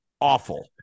Awful